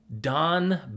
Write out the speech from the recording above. Don